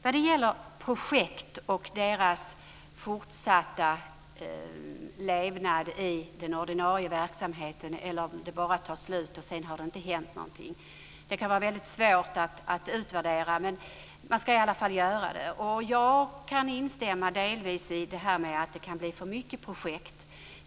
Sedan gällde det projekt och huruvida de fortsätter att leva i den ordinarie verksamheten eller bara tar slut och sedan har det inte hänt någonting. Det kan vara väldigt svårt att utvärdera, men man ska i alla fall göra det. Jag kan delvis instämma i att det kan bli för mycket projekt.